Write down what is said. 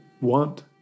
want